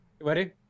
Ready